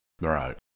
Right